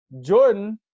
Jordan